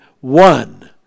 one